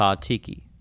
Tiki